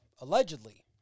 allegedly